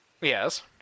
Yes